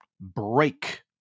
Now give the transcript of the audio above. break